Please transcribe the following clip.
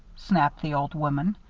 snapped the old woman.